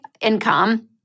income